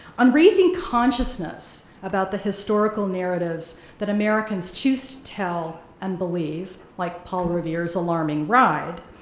on raising consciousness about the historical narratives that americans choose to tell and believe, like paul revere's alarming ride,